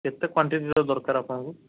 କେତେ କ୍ଵାଣ୍ଟିଟିର ଦରକାର ଆପଣଙ୍କୁ